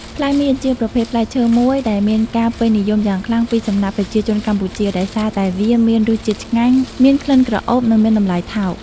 ផ្លែមៀន ជាប្រភេទផ្លែឈើមួយដែលមានការពេញនិយមយ៉ាងខ្លាំងពីសំណាក់ប្រជាជនកម្ពុជា ដោយសារតែវាមានរសជាតិឆ្ងាញ់ មានក្លិនក្រអូប និងមានតម្លៃថោក។